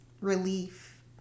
relief